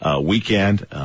weekend